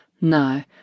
No